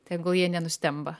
tegul jie nenustemba